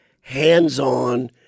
hands-on